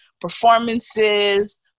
performances